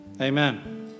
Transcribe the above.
Amen